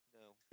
no